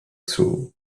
souls